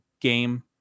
game